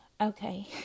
Okay